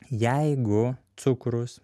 jeigu cukrus